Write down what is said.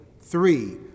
Three